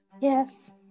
Yes